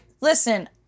Listen